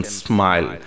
smile